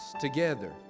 together